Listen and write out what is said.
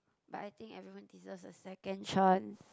but I think everyone deserves a second chance